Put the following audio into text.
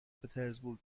پترزبورگ